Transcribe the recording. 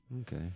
okay